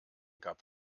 gab